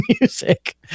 music